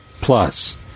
Plus